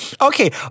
Okay